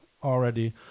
already